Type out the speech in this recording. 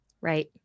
Right